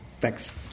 Thanks